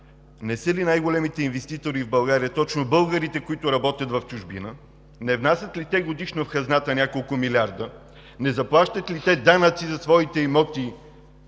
не са ли най-големите инвеститори в България точно българите, които работят в чужбина; не внасят ли те годишно в хазната няколко милиарда; не заплащат ли те данъци за своите имоти